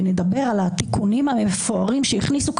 ונדבר על התיקונים המפוארים שהכניסו,